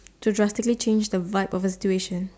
to drastically change the vibe of a situation